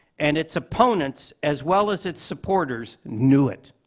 and its opponents, as well as its supporters, knew it.